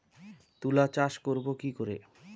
তুলা চাষ করব কি করে?